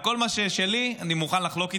כל מה ששלי אני מוכן לחלוק איתך,